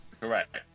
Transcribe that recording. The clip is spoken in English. Correct